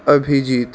Abhijit